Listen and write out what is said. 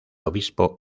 obispo